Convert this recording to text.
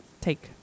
take